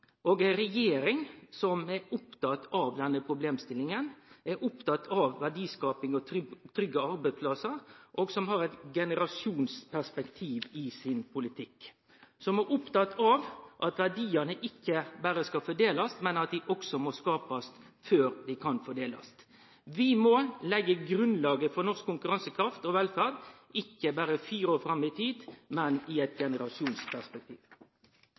og ei regjering som er opptatt av denne problemstillinga, som er opptatt av verdiskaping og trygge arbeidsplassar, som har eit generasjonsperspektiv i sin politikk, og som er opptatt av at verdiane ikkje berre skal fordelast, men at dei også må skapast før dei kan fordelast. Vi må leggje grunnlaget for norsk konkurransekraft og velferd – ikkje berre fire år fram i tid, men i eit generasjonsperspektiv.